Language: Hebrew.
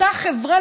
אותה חברה,